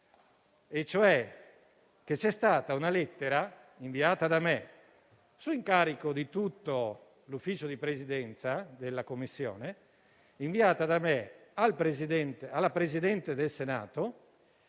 c'è stata una lettera, inviata da me, su incarico di tutto l'Ufficio di Presidenza della Commissione, al Presidente del Senato,